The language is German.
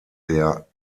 der